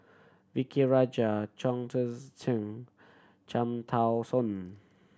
V K Rajah Chong Tze Chien Cham Tao Soon